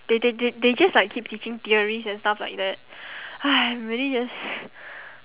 they they they they just like keep teaching theories and stuff like that !hais! I'm really just